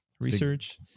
research